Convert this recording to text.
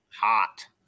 hot